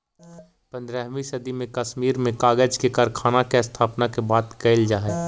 पँद्रहवीं सदी में कश्मीर में कागज के कारखाना के स्थापना के बात कहल जा हई